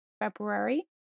February